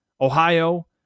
Ohio